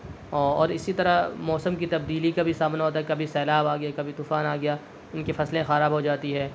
او اور اسی طرح موسم کی تبدیلی کا بھی سامنا ہوتا ہے کبھی سیلاب آ گیا کبھی طوفان آ گیا ان کی فصلیں خراب ہو جاتی ہے